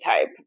type